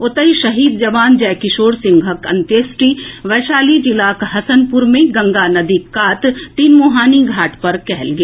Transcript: ओतहि शहीद जवान जय किशोर सिंहक अंत्येष्टि वैशाली जिला के हसनपुर मे गंगा नदीक कात तीन मुहानी घाट पर कएल गेल